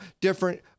different